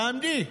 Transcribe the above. תעמדי.